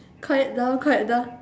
quiet down quiet down